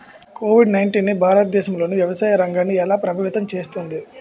Covid nineteen భారతదేశంలోని వ్యవసాయ రంగాన్ని ఎలా ప్రభావితం చేస్తుంది?